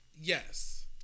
Yes